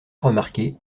remarquée